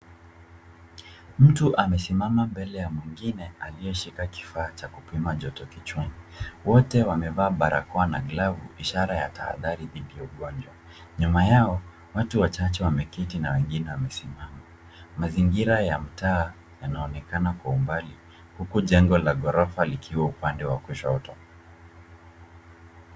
Mtu amesimama mbele ya mwingine aliyeshika kifaa cha kupima joto kichwani. Wote wamevaa barakoa na glavu ishara ya tahadhari dhidi ya ugonjwa. Nyuma yao, watu wachache wameketi na wengine wamesimama. Mazingira ya mtaa yanaonekana kwa umbali huku jengo la ghorofa likiwa upande wa kushoto.